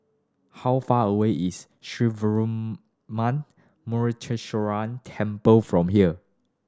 how far away is Sree Veeramuthu Muneeswaran Temple from here